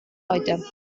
heute